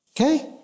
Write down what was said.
Okay